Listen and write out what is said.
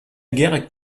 guerre